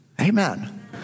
Amen